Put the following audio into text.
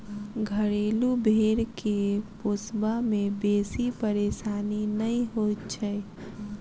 घरेलू भेंड़ के पोसबा मे बेसी परेशानी नै होइत छै